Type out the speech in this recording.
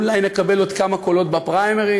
אולי נקבל עוד כמה קולות בפריימריז,